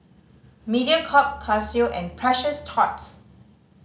Mediacorp Casio and Precious Thots